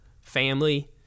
family